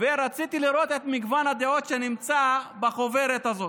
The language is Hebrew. ורציתי לראות את מגוון הדעות שנמצא בחוברת הזאת.